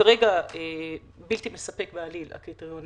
כרגע בלתי מספק בעליל הקריטריון